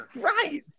right